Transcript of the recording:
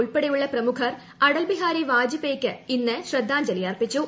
ഉൾപ്പെടെയുള്ള പ്രമുഖർ അടൽ ബിഹാരി വാജ്പെയിക്ക് ഇന്ന് ശ്രദ്ധാഞ്ജലി അർപ്പിച്ചു